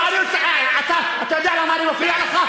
אתה יודע למה אני מפריע לך?